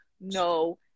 no